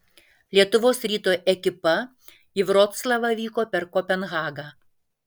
lietuvos ryto ekipa į vroclavą vyko per kopenhagą